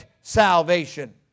salvation